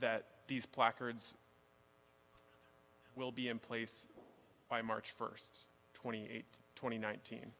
that these placards will be in place by march first twenty eight twenty nineteen